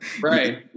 right